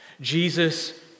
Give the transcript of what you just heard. Jesus